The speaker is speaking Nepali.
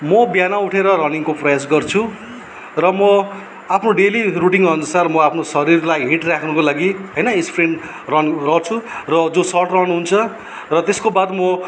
म बिहान उठेर रनिङको प्रयास गर्छु र म आफ्नो डेली रुटिनअनुसार म आफ्नो शरीरलाई हिट राख्नुको लागि हैन स्प्रिन्ट रन गर्छु र जो सर्ट रन हुन्छ र त्यसको बाद म